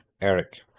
eric